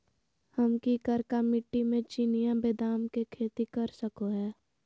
हम की करका मिट्टी में चिनिया बेदाम के खेती कर सको है?